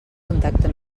contacte